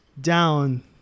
down